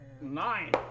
Nine